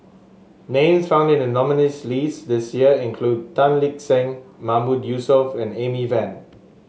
names found in the nominees' list this year include Tan Lip Seng Mahmood Yusof and Amy Van